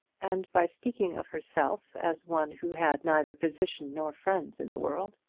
and by speaking of herself as one who had neither position nor friends in the world?